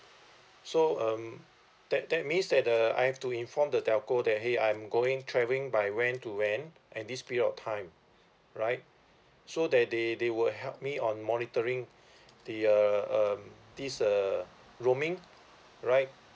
so um that that means that the I have to inform the telco that !hey! I'm going travelling by when to when at this period of time right so that they they will help me on monitoring the uh um this uh roaming right